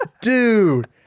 Dude